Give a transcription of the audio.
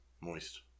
Moist